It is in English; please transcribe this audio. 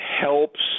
helps